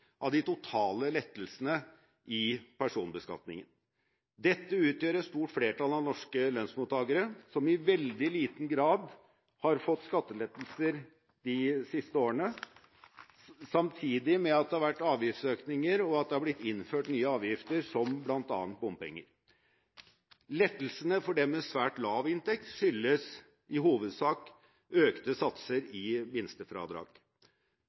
av de totale lettelsene i personbeskatningen. Dette utgjør et stort flertall av norske lønnsmottakere, som i veldig liten grad har fått skattelettelser de siste årene. Samtidig har det vært avgiftsøkninger og blitt innført nye avgifter, som bl.a. bompenger. Lettelsene for dem med svært lav inntekt skyldes i hovedsak økte satser